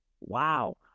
Wow